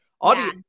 Audio